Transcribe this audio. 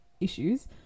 issues